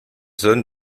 zone